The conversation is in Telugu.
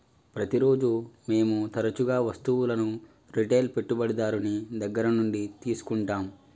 ప్రతిరోజు మేము తరచుగా వస్తువులను రిటైల్ పెట్టుబడిదారుని దగ్గర నుండి తీసుకుంటాం